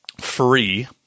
free